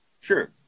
Sure